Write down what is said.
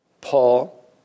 Paul